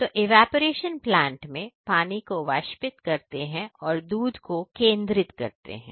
तो evaporation plant में पानी को वाष्पित करते हैं और दूध को केंद्रित करते हैं